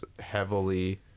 heavily